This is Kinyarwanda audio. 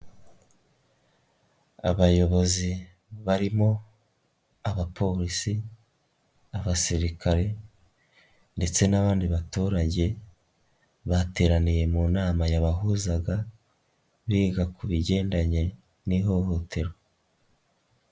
Abayobozi barimo abapolisi, abasirikare ndetse n'abandi baturage, bateraniye mu nama yabahuzaga, biga ku bigendanye n'ihohoterwa.